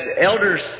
elders